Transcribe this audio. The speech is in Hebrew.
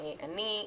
אני,